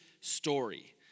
story